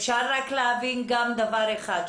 אפשר רק להבין דבר אחד,